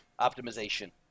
optimization